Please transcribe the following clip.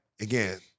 again